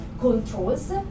controls